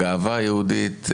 הגאווה היהודית,